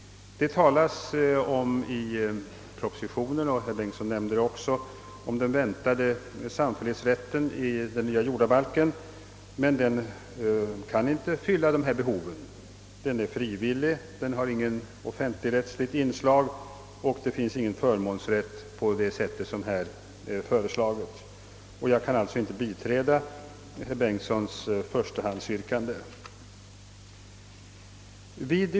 I propositionen talas det om — och herr Bengtson nämnde det också — den väntade samfällighetsrätten i den nya jordabalken. Den kan emellertid inte fylla dessa behov. Den är frivillig, har inte något offentligrättsligt inslag och har inte den förmånsrätt som har föreslagits. Jag kan alltså inte biträda herr Bengtsons förstahandsyrkande om avslag på propositionen.